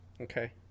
Okay